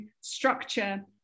structure